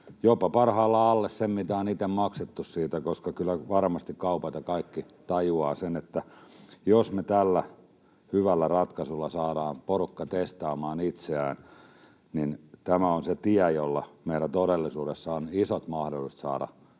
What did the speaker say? jopa parhaimmillaan alle sen, mitä on itse maksettu siitä, koska kyllä varmasti kaupat ja kaikki tajuavat sen, että jos me tällä hyvällä ratkaisulla saadaan porukka testaamaan itseään, niin tämä on se tie, jolla meillä todellisuudessa on isot mahdollisuudet saada tähän